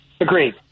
Agreed